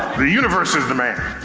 the universe is the man.